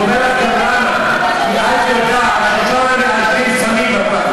אני אומר לך גם למה,